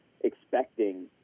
expecting